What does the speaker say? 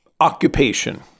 occupation